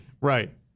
Right